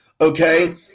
okay